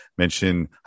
Mention